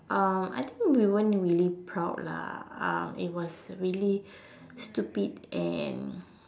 um I think we weren't really proud lah um it was really stupid and